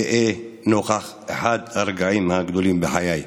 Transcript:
נוכח אחד הרגעים הגדולים בחיי.